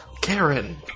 Karen